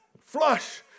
flush